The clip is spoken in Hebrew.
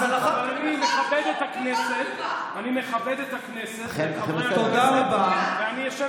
אני מכבד את הכנסת ואת חברי הכנסת ואני אשב פה.